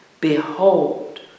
Behold